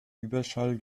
überschall